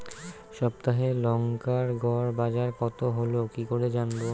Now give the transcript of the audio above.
সপ্তাহে লংকার গড় বাজার কতো হলো কীকরে জানবো?